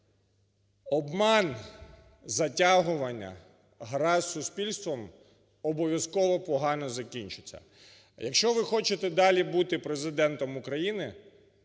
Обман, затягування, гра з суспільством обов'язково погано закінчиться. Якщо ви хочете далі бути Президентом України,